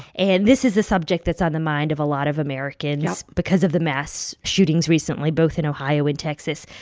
and this is a subject that's on the mind of a lot of americans. yep. because of the mass shootings recently, both in ohio and texas.